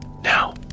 Now